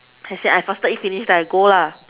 I say I faster eat finish then I go lah